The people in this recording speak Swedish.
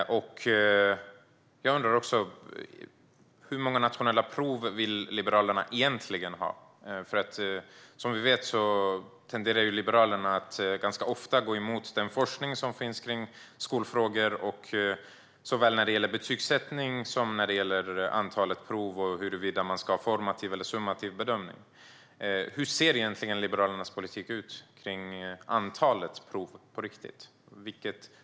Jag undrar också hur många nationella prov Liberalerna egentligen vill ha, för som vi vet tenderar Liberalerna att ganska ofta gå emot den forskning som finns kring skolfrågor när det gäller såväl betygssättning som antalet prov och huruvida man ska ha formativ eller summativ bedömning. Hur ser egentligen Liberalernas politik ut kring antalet prov på riktigt?